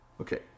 okay